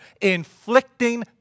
inflicting